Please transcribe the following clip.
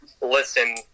listen